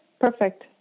Perfect